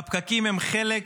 והפקקים הם חלק